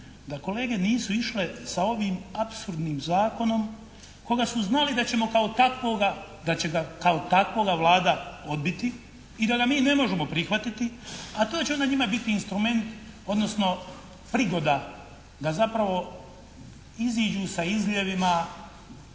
da kolege nisu išle sa ovim apsurdnim Zakonom koga su znali da ćemo kao takvoga, da će kao takvoga Vlada odbiti i da ga mi ne možemo prihvatiti, a to će onda njima biti instrument, odnosno prigoda da zapravo iziđu sa izljevima